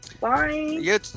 Bye